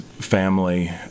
family